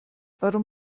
warum